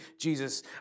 Jesus